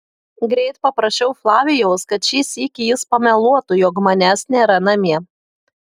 greit paprašiau flavijaus kad šį sykį jis pameluotų jog manęs nėra namie